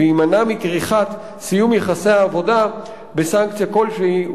ויימנע מכריכת סיום יחסי העבודה בסנקציה כלשהי,